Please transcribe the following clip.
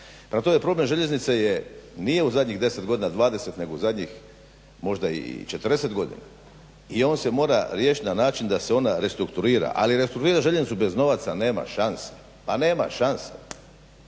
Prema tome, problem željeznice je, nije u zadnjih 10 godina 20, nego u zadnjih možda i 40 godina i on se mora riješiti na način da se ona restrukturira. Ali restrukturirati željeznicu bez novaca nema šanse. Pa nema šanse!